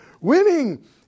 winning